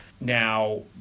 Now